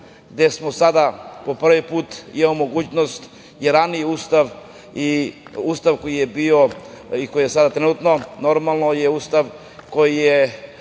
gde sada po prvi put imamo mogućnost i raniji ustav i ustav koji je bio i koji je sada trenutno, normalno, je ustav koji je